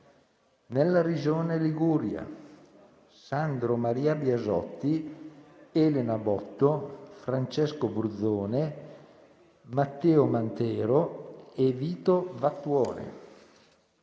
nella Regione Liguria: Sandro Maria Biasotti, Elena Botto, Francesco Bruzzone, Matteo Mantero e Vito Vattuone;